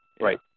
right